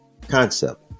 concept